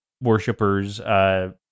worshippers